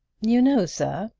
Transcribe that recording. you know, sir,